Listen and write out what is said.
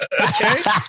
okay